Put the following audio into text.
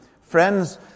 Friends